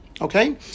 Okay